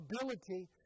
ability